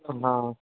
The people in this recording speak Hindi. हाँ